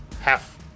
Half